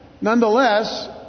Nonetheless